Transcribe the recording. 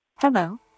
Hello